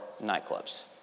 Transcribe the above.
nightclubs